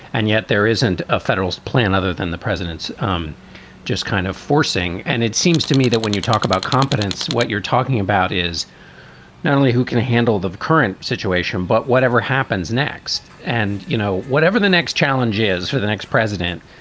and yet there isn't a federal plan other than the president's um just kind of forcing. and it seems to me that when you talk about competence, what you're talking about is not only who can handle the current situation, but whatever whatever happens next. and, you know, whatever the next challenge is for the next president,